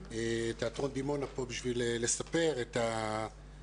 תיאטרון דימונה פה בשביל לספר את ההתפתחות.